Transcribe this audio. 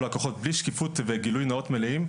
לקוחות בלי שקיפות וגילוי נאות מלאים,